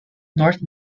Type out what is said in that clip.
north